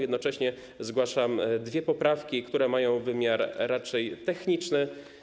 Jednocześnie zgłaszam dwie poprawki, które mają wymiar raczej techniczny.